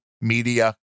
media